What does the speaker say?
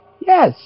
Yes